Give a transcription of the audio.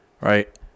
right